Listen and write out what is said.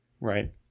right